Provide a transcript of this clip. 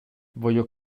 voglio